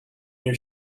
your